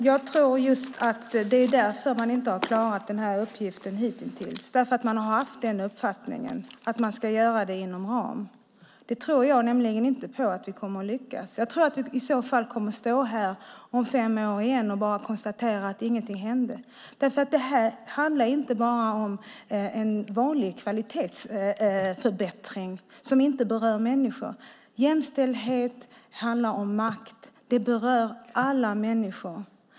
Herr talman! Jag tror att det är just därför man inte har klarat uppgiften hitintills - därför att man har haft uppfattningen att man ska göra det inom ramen. Jag tror nämligen inte att vi kommer att lyckas med det. I så fall kommer vi att stå här om fem år igen och bara konstatera att ingenting hände. Det här handlar inte bara om en vanlig kvalitetsförbättring som inte berör människor. Jämställdhet handlar om makt. Det berör alla människor.